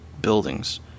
buildings